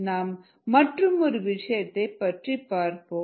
நாம் மற்றும் ஒரு விஷயத்தைப் பற்றி பார்ப்போம்